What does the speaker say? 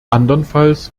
anderenfalls